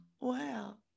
Wow